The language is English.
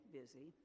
busy